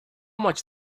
much